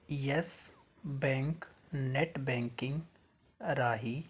yes Bank net banking ਰਾਹੀਂ